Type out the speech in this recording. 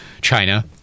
China